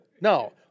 No